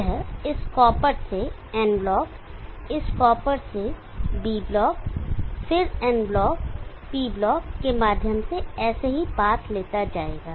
यह इस कॉपर से n ब्लॉक इस कॉपर से b ब्लॉक फिर n ब्लॉक p ब्लॉक के माध्यम से ऐसे ही पाथ लेता जाएगा